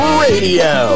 radio